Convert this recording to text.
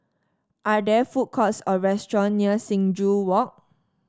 are there food courts or restaurant near Sing Joo Walk